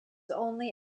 only